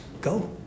go